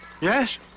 Yes